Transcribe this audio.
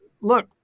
look